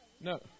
No